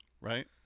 Right